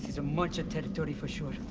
is muncher territory for sure.